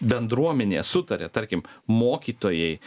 bendruomenė sutaria tarkim mokytojai